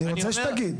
אני רוצה שתגיד.